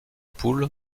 poule